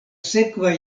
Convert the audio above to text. sekva